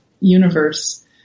universe